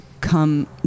come